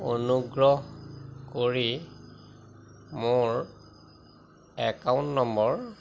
অনুগ্ৰহ কৰি মোৰ একাউণ্ট নম্বৰ